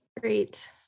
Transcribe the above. Great